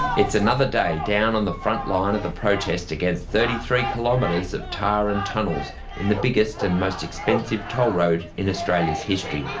it's another day down on the frontline of the protest against thirty three kilometres of tar and tunnels in the biggest and most expensive toll road in australia's history.